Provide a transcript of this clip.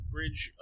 Bridge